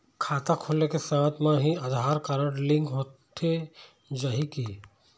खाता खोले के साथ म ही आधार कारड लिंक होथे जाही की?